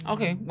Okay